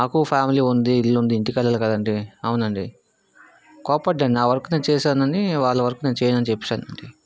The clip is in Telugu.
నాకు ఫ్యామిలీ ఉంది ఇల్లు ఉంది ఇంటి వెళ్ళాలి కదండి అవును అండి కోపడ్డాను నా వర్క్ నేను చేశాను అని వాళ్ళ వరకు నేను చేయను అని చెప్పాను అండి